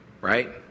Right